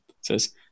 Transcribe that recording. says